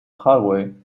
hallway